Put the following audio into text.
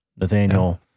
Nathaniel